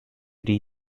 dee